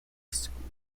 school